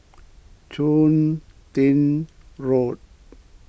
Chun Tin Road